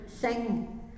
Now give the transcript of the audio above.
sing